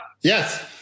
Yes